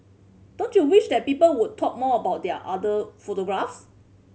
don't you wish that people would talk more about other photographs